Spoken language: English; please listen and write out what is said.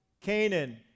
Canaan